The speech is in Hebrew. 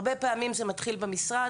הרבה פעמים זה מתחיל במשרד.